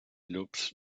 llops